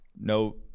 no